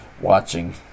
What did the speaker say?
watching